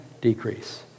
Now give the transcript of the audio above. decrease